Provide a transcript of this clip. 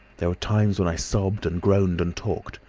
there were times when i sobbed and groaned and talked.